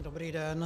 Dobrý den.